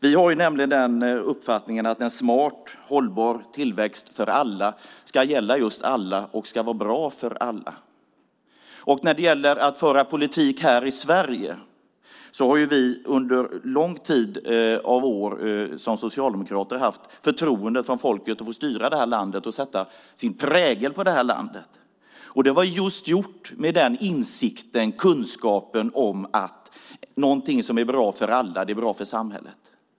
Vi har nämligen uppfattningen att en smart hållbar tillväxt för alla ska gälla just alla och ska vara bra för alla. När det gäller att föra politik här i Sverige har vi socialdemokrater under många år haft folkets förtroende att få styra detta land och sätta vår prägel på detta land. Detta har gjorts med insikten och kunskapen om att någonting som är bra för alla är bra för samhället.